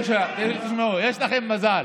תשמעו, יש לכם מזל.